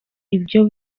ibyo